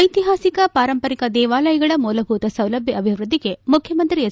ಐತಿಹಾಸಿಕ ಪಾರಂಪರಿಕ ದೇವಾಲಯಗಳ ಮೂಲಭೂತ ಸೌಲಭ್ಯ ಅಭಿವೃದ್ಧಿಗೆ ಮುಖ್ಯಮಂತ್ರಿ ಎಚ್